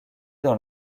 dans